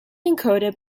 encoded